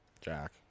jack